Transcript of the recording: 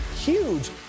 huge